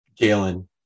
Jalen